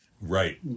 Right